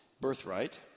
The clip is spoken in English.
birthright